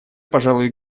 пожалуй